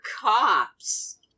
cops